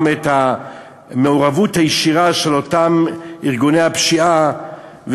את המעורבות הישירה של אותם ארגוני הפשיעה,